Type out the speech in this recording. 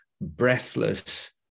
breathless